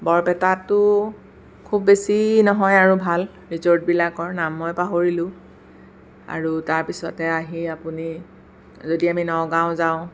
বৰপেটাতো খুব বেছি নহয় আৰু ভাল ৰিজ'ৰ্টবিলাকৰ নাম মই পাহৰিলোঁ আৰু তাৰপিছতে আহি আপুনি যদি আমি নগাওঁ যাওঁ